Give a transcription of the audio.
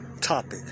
topic